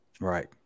Right